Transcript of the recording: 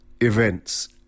events